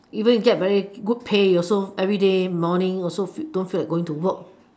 even you get very good pay you also everyday morning also don't feel like going to work